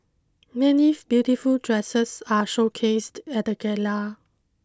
many beautiful dresses are showcased at the gala